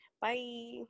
bye